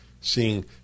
seeing